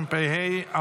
התשפ"ה 2024,